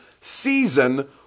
season